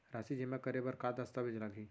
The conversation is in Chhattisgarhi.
राशि जेमा करे बर का दस्तावेज लागही?